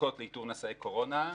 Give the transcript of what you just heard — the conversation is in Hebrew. בדיקות לאיתור נשאי קורונה,